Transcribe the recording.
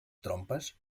trompes